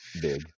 big